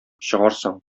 чыгарсың